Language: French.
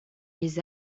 les